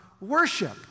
worship